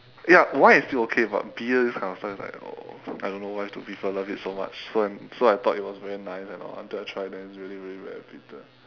ya wine is still okay but beer this kind of stuff is like oh I don't know why do people love it so much so so I thought it was very nice and all so until I try then really really very bitter